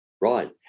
Right